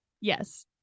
yes